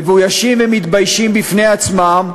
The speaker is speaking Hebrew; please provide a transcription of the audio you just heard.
מבוישים ומתביישים בפני עצמם,